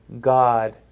God